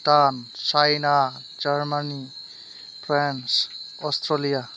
Bhutan China Germany France Australia